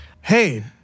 Hey